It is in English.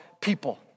people